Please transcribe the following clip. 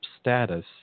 status